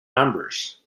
numbers